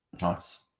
Nice